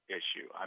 issue